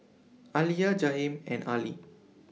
Alia Jaheim and Arlie